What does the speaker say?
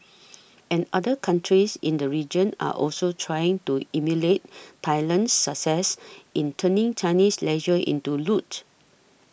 and other countries in the region are also trying to emulate Thailand's success in turning Chinese leisure into loot